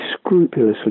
scrupulously